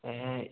നന്നായി